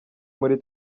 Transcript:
muri